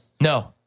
no